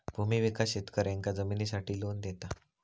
भूमि विकास शेतकऱ्यांका जमिनीसाठी लोन देता